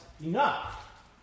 enough